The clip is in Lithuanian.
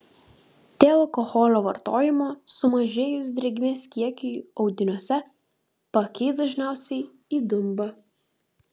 dėl alkoholio vartojimo sumažėjus drėgmės kiekiui audiniuose paakiai dažniausiai įdumba